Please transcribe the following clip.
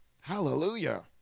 Hallelujah